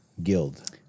Guild